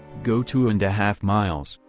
go two and a half miles,